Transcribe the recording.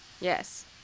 Yes